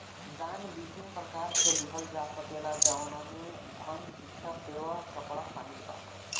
दान विभिन्न प्रकार से लिहल जा सकेला जवना में धन, भिक्षा, सेवा, कपड़ा शामिल बा